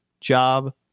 job